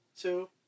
two